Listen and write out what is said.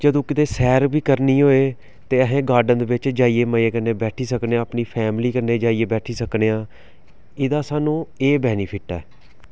जदूं कुतै सैर बी करनी होऐ ते अस गार्डन दे बिच्च जाइयै मजे कन्नै बैठी सकने आं अपनी फैमली कन्नै जाइयै बैठी सकने आं एह्दा सानूं एह् बेनीफिट ऐ